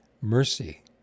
mercy